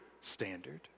standard